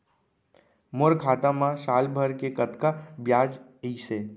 मोर खाता मा साल भर के कतका बियाज अइसे?